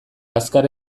azkar